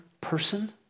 person